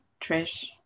Trish